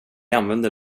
använder